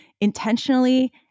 intentionally